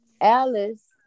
Alice